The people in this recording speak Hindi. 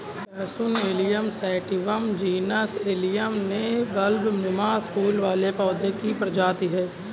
लहसुन एलियम सैटिवम जीनस एलियम में बल्बनुमा फूल वाले पौधे की एक प्रजाति है